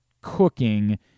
cooking